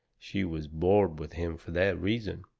she was bored with him for that reason.